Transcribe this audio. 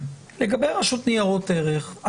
לגבי הרשות לניירות ערך,